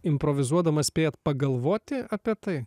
improvizuodamas spėjot pagalvoti apie tai